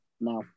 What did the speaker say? now